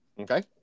Okay